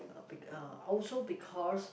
uh be uh also because